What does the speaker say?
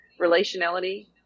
relationality